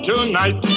Tonight